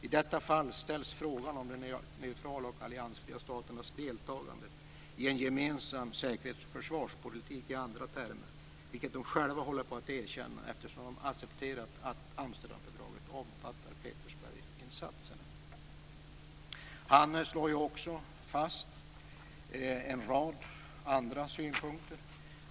I detta fall ställs frågan om de neutrala och alliansfria staternas deltagande i en gemensam säkerhets och försvarspolitik i andra termer, vilket de själva håller på att erkänna eftersom de accepterat att Amsterdamfördraget omfattar Petersbergsinsatser." Han slår också fast en rad andra synpunkter.